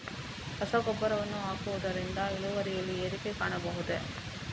ರಸಗೊಬ್ಬರವನ್ನು ಹಾಕುವುದರಿಂದ ಇಳುವರಿಯಲ್ಲಿ ಏರಿಕೆ ಕಾಣಬಹುದೇ?